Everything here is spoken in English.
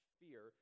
fear